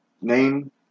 name